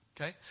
Okay